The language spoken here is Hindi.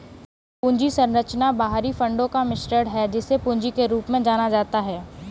पूंजी संरचना बाहरी फंडों का मिश्रण है, जिसे पूंजी के रूप में जाना जाता है